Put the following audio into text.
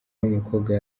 n’umukobwa